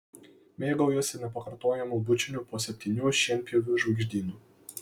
mėgaujuosi nepakartojamu bučiniu po septynių šienpjovių žvaigždynu